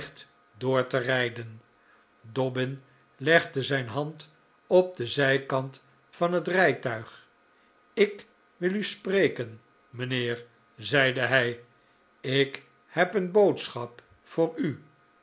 door te rijden dobbin legde zijn hand op den zijkant van het rijtuig ik wil u spreken mijnheer zeide hij ik heb een boodschap voor u